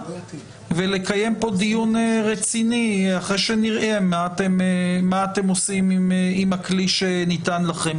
ולקיים פה דיון רציני אחרי שנראה מה אתם עושים עם הכלי שניתן לכם.